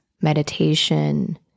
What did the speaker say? meditation